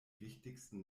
wichtigsten